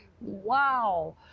wow